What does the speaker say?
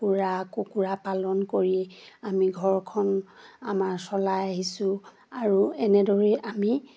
কুকুৰা কুকুৰা পালন কৰি আমি ঘৰখন আমাৰ চলাই আহিছোঁ আৰু এনেদৰেই আমি